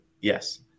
Yes